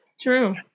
True